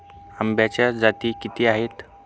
आंब्याच्या जाती किती आहेत?